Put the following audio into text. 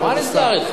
נסגר אתך?